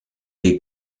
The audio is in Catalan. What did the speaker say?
dir